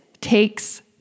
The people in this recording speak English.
takes